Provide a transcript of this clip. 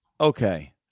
Okay